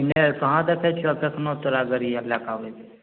नहि कहाँ देखैत छियै कखनो तोरा गड़ी आर लएके अबैत